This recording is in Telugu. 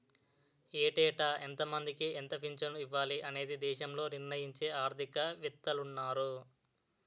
ఏటేటా ఎంతమందికి ఎంత పింఛను ఇవ్వాలి అనేది దేశంలో నిర్ణయించే ఆర్థిక వేత్తలున్నారు